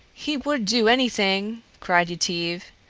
he would do anything, cried yetive.